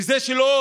בזה שלא